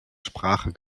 sprache